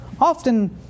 often